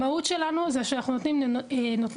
המהות שלנו זה שאנחנו נותנים אשראי.